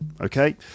okay